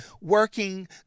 working